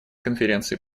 конференции